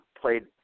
played